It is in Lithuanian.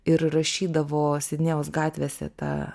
ir rašydavo sidnėjaus gatvėse tą